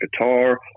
guitar